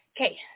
Okay